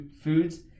foods